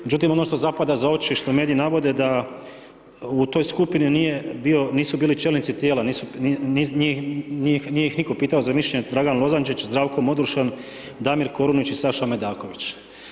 Međutim ono što zapada za oči, što mediji navode da u toj skupini nije bio, nisu bili čelnici tijela, nije ih nitko pitao za mišljenje, Dragan Lozančić, Zdravko Moduršan, Damir Korunić i Saša Medavović.